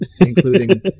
Including